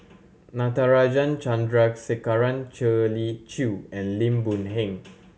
Natarajan Chandrasekaran Shirley Chew and Lim Boon Heng